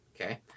okay